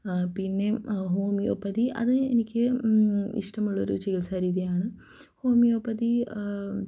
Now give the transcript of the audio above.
പിന്നെ ഹോമിയോപതി അത് എനിക്ക് ഇഷ്ടമുള്ളൊരു ചികിത്സാ രീതിയാണ് ഹോമിയോപതി